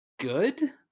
good